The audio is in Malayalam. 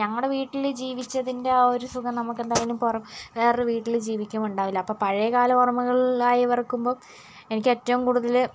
ഞങ്ങളുടെ വീട്ടിൽ ജീവിച്ചതിൻ്റെ ആ ഒരു സുഖം നമുക്ക് എന്തായാലും പുറം വേറെ വീട്ടിൽ ജീവിക്കുമ്പോൾ ഉണ്ടാകില്ല അപ്പോൾ പഴയകാല ഓർമ്മകൾ അയവറുക്കുമ്പോൾ എനിക്ക് ഏറ്റവും കൂടുതൽ